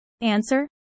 Answer